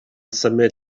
symud